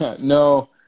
no